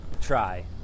Try